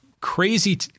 crazy